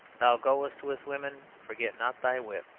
thou goest with women forget not thy whip,